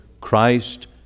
Christ